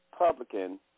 Republican